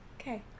Okay